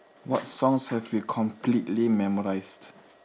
what songs have you completely memorised